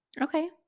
Okay